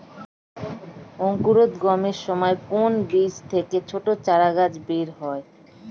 অঙ্কুরোদ্গমের সময় কোন বীজ থেকে ছোট চারাগাছ বেরোয়